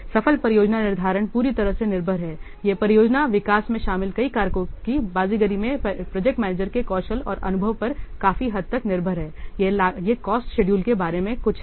सफल परियोजना निर्धारण पूरी तरह से निर्भर है यह परियोजना विकास में शामिल कई कारकों की बाजीगरी में प्रोजेक्ट मैनेजर के कौशल और अनुभव पर काफी हद तक निर्भर है यह लागत अनुसूची के बारे में कुछ है